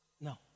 No